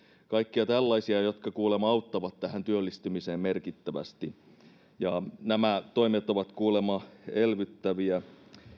kaikkia tällaisia jotka kuulemma auttavat työllistymiseen merkittävästi ja nämä toimet ovat kuulemma elvyttäviä